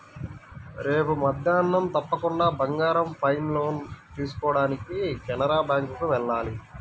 రేపు మద్దేన్నం తప్పకుండా బంగారం పైన లోన్ తీసుకోడానికి కెనరా బ్యేంకుకి వెళ్ళాలి